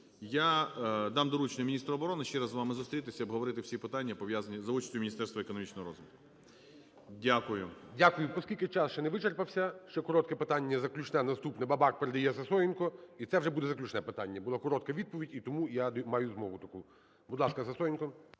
я дам доручення міністру оборони ще раз з вами зустрітися і обговорити всі питання, пов'язані… за участю Міністерства економічного розвитку. Дякую. ГОЛОВУЮЧИЙ. Дякую. Оскільки час ще не вичерпався, ще коротке питання, заключне, наступне. Бабак передаєСисоєнко. І це вже буде заключне питання. Була коротка відповідь, і тому я маю змогу таку. Будь ласка, Сисоєнко.